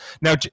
Now